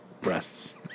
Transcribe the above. Breasts